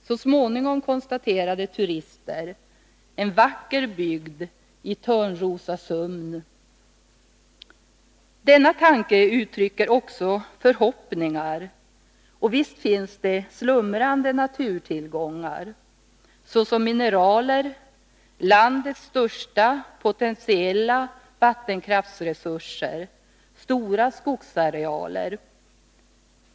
Så småningom konstaterade turister: En vacker bygd i Törnrosasömn! Denna tanke uttrycker också förhoppningar. Och visst finns det slumrande naturtillgångar, såsom mineraler, landets största potentiella vattenkraftsresurser och stora skogsarealer.